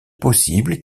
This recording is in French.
possible